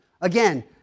again